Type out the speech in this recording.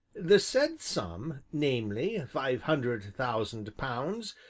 the said sum, namely, five hundred thousand pounds,